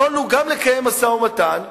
יכולנו גם לקיים משא-ומתן וגם,